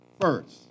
first